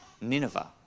Nineveh